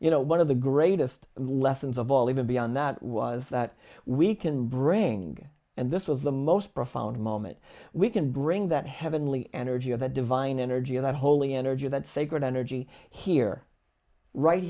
you know one of the greatest lessons of all even beyond that was that we can bring and this was the most profound moment we can bring that heavenly energy of the divine energy of that holy energy that sacred energy here right